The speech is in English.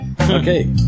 Okay